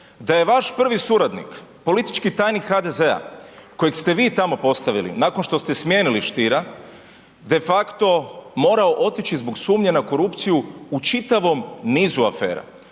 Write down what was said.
Da je vaš prvi suradnik, politički tajnik HDZ-a kojeg ste vi tamo postavili nakon što ste smijenili Stiera de facto morao otići zbog sumnje na korupciju u čitavom nizu afera.